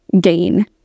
gain